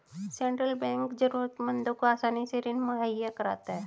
central bank जरूरतमंदों को आसानी से ऋण मुहैय्या कराता है